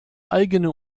eigene